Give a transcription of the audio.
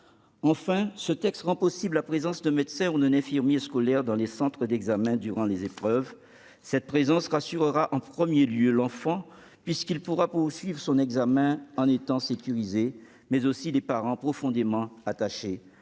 Enfin, ce texte rend possible la présence d'un médecin ou d'un infirmier scolaire dans les centres d'examens durant les épreuves. Cette présence rassurera l'enfant, qui pourra passer son examen en étant sécurisé, mais aussi les parents, profondément attachés